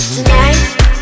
Tonight